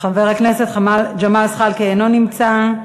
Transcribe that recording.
אינו נמצא.